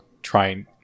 trying